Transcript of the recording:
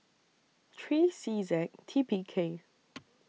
three C Z T P K